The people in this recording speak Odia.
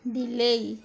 ବିଲେଇ